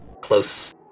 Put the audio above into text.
close